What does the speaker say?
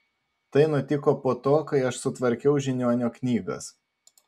tai nutiko po to kai aš sutvarkiau žiniuonio knygas